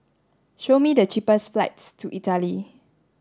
show me the cheapest flights to Italy